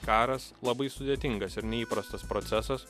karas labai sudėtingas ir neįprastas procesas